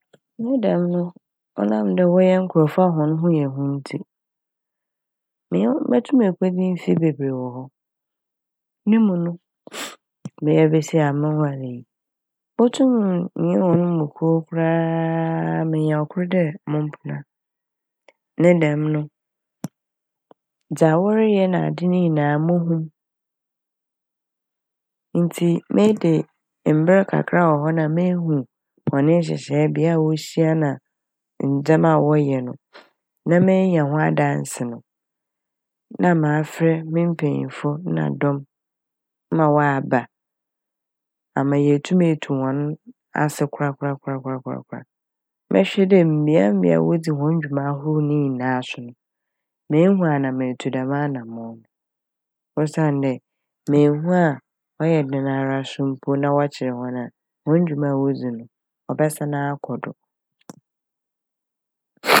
Ne dɛm no ɔnam dɛ wɔyɛ nkorɔfo a hɔn ho yɛ hu no ntsi menye hɔ bɛ -mutum ekodzi mfe bebree wɔ hɔ. Ne mu no hww! meyɛ basia yi a monnware yi motum nye hɔn mu kor koraaa, menya kor dɛ mo mpona. Ne dɛm no dza wɔreyɛ nadze nyinaa mohu ntsi medi mber kakra wɔ hɔ na mehu hɔn nhyehyɛe, bea a wohyia na ndzɛma wɔyɛ no na menya ho dase no na mafrɛ me mpanyimfo na dɔm ma wɔaba ama yeetum etu hɔn ase kora kora kora kora koraa. Mɛhwɛ dɛ mbeabea a wodzi hɔn dwuma ahorow ne nyinaa so mehu ana metu dɛm anamɔn no osiandɛ mennhu a ɔyɛ dɛn ara nso mpo na wɔkye hɔn a hɔn dwuma a wodzi no ɔbɛsan akɔ do.